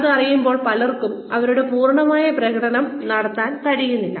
അതറിയുമ്പോൾ പലർക്കും അവരുടെ പൂർണ്ണമായ പ്രകടനം നടത്താൻ കഴിയുന്നില്ല